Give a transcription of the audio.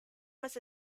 must